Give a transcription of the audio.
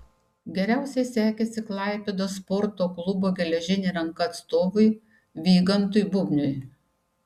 geriausiai sekėsi klaipėdos sporto klubo geležinė ranka atstovui vygantui bubniui